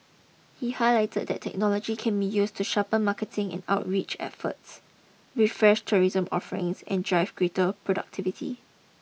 he highlighted that technology can be used to sharpen marketing and outreach efforts refresh tourism offerings and drive greater productivity